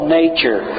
nature